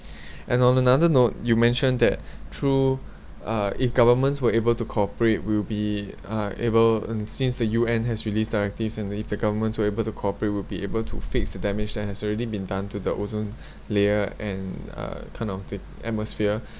and on another note you mentioned that through uh if governments were able to cooperate will be uh able and since the U_N has released directives and if the governments were able to cooperate will be able to fix the damage that has already done to the ozone layer and uh the kind of t~ atmosphere